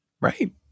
right